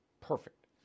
perfect